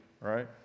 right